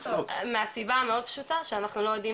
מהסיבה המאוד פשוטה שאנחנו לא יודעים